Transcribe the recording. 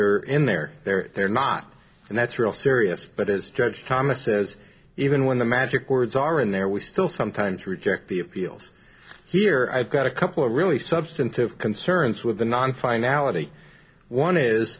sir in there they're they're not and that's real serious but as judge thomas says even when the magic words are in there we still sometimes reject the appeals here i've got a couple of really substantive concerns with the non finality one is